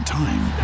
time